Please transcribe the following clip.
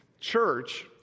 church